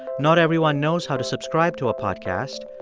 not everyone knows how to subscribe to a podcast.